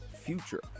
future